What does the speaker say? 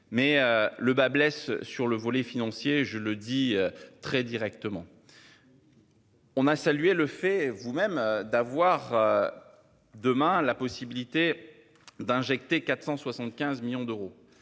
mais le bât blesse. Sur le volet financier, je le dis très directement. On a salué le fait vous-même d'avoir. Demain la possibilité d'injecter 475 millions d'euros.